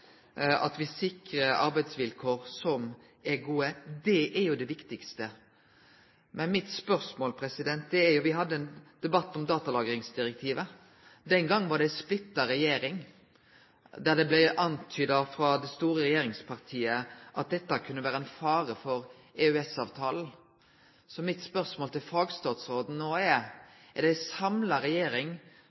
at me sikrar gode arbeidsvilkår. Det er det viktigaste. Me hadde ein debatt om datalagringsdirektivet. Den gongen var det ei splitta regjering, og det blei antyda frå det store regjeringspartiet at dette kunne vere ein fare for EØS-avtalen. Så mitt spørsmål til fagstatsråden no er: Er det ei samla regjering